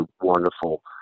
wonderful